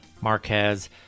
Marquez